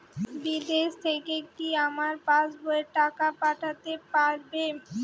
বিদেশ থেকে কি আমার পাশবইয়ে টাকা পাঠাতে পারবে?